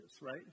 right